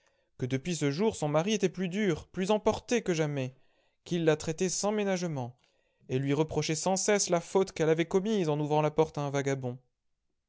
que depuis ce jour son mari était plus dur plus emporté que jamais qu'il la traitait sans ménagement et lui reprochait sans cesse la faute qu'elle avait commise en ouvrant la porte à un vagabond